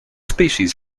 species